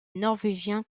norvégien